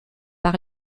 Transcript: par